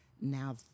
now